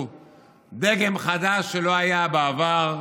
דגם חדש שלא היה בעבר.